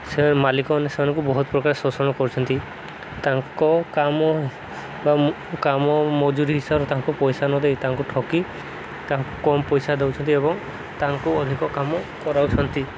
ସେ ମାଲିକ ସେମାନଙ୍କୁ ବହୁତ ପ୍ରକାର ଶୋଷଣ କରୁଛନ୍ତି ତାଙ୍କ କାମ ବା କାମ ମଜୁରୀ ହିସାବରେ ତାଙ୍କୁ ପଇସା ନ ଦେଇ ତାଙ୍କୁ ଠକି ତାଙ୍କୁ କମ୍ ପଇସା ଦେଉଛନ୍ତି ଏବଂ ତାଙ୍କୁ ଅଧିକ କାମ କରାଉଛନ୍ତି